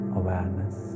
awareness